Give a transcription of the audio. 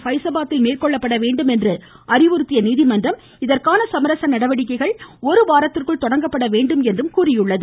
பைஸாபாதில் மேற்கொள்ளப்பட வேண்டும் என்று அறிவுறுத்திய நீதிமன்றம் இதற்கான சமரச நடவடிக்கைகள் ஒரு வாரத்திற்குள் தொடங்கப்பட வேண்டும் என்றும் அறிவுறுத்தியுள்ளது